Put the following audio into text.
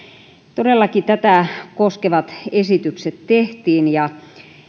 todellakin tätä koskevat esitykset tehtiin ja